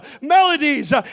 melodies